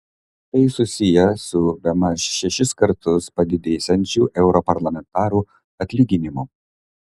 tai susiję su bemaž šešis kartus padidėsiančiu europarlamentarų atlyginimu